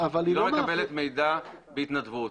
היא לא מקבלת מידע בהתנדבות.